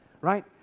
right